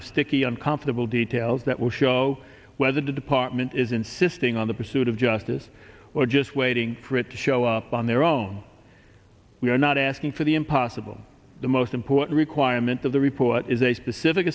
of sticky uncomfortable details that will show whether the department is insisting on the pursuit of justice or just waiting for it to show up on their own we are not asking for the impossible the most important requirement of the report is a specific